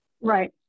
Right